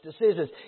decisions